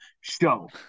show